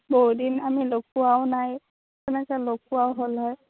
বহুত দিন আমি লগ পোৱাও নাই তেনেকৈ লগ পোৱাও হ'ল হয়